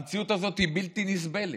המציאות הזאת היא בלתי נסבלת.